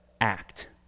act